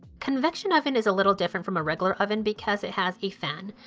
convection oven is a little different from a regular oven because it has a fan.